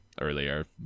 earlier